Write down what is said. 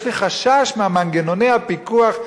יש לי חשש ממנגנוני הפיקוח.